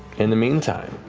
in the meantime,